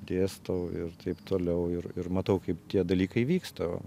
dėstau ir taip toliau ir ir matau kaip tie dalykai vyksta